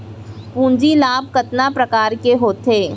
पूंजी लाभ कतना प्रकार के होथे?